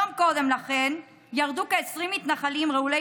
יום קודם לכן ירדו כ-20 מתנחלים רעולי